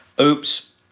Oops